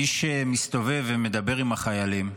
מי שמסתובב ומדבר עם החיילים,